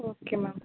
okay ma'am